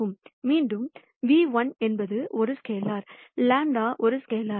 மீண்டும் v1 என்பது ஒரு ஸ்கேலார் λ ஒரு ஸ்கேலார்